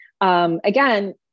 Again